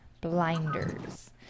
blinders